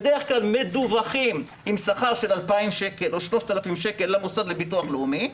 בדרך כלל מדווחים עם שכר של 2,000 שקל או 3,000 שקל לביטוח הלאומי,